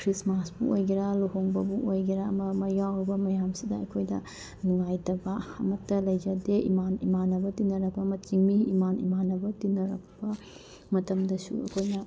ꯈ꯭ꯔꯤꯁꯃꯥꯁꯄꯨ ꯑꯣꯏꯒꯦꯔꯥ ꯂꯨꯍꯣꯡꯕꯕꯨ ꯑꯣꯏꯒꯦꯔꯥ ꯑꯃ ꯑꯃ ꯌꯥꯎꯔꯕ ꯃꯌꯥꯝꯁꯤꯗ ꯑꯩꯈꯣꯏꯗ ꯅꯨꯡꯉꯥꯏꯇꯕ ꯑꯃꯠꯇ ꯂꯩꯖꯗꯦ ꯏꯃꯥꯟꯅꯕ ꯇꯤꯟꯅꯔꯛꯄ ꯆꯤꯡꯃꯤ ꯏꯃꯥꯟꯅꯕ ꯇꯤꯟꯅꯔꯛꯄ ꯃꯇꯝꯗꯁꯨ ꯑꯩꯈꯣꯏꯅ